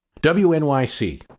WNYC